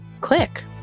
click